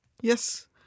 yes